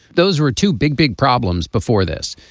those were two big big problems before this.